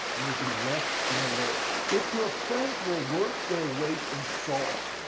and you'll be left in a lurch. if your friends were worth their weight in salt,